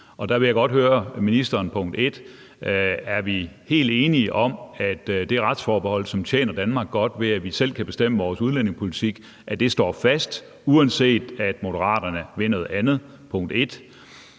Og der vil jeg godt høre ministeren om to ting. Er vi helt enige om, at det retsforbehold, som tjener Danmark godt ved, at vi selv kan bestemme vores udlændingepolitik, står fast, uanset om Moderaterne vil noget andet? Det